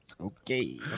Okay